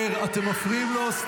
לא,